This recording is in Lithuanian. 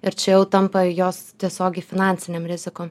ir čia jau tampa jos tiesiogiai finansinėm rizikom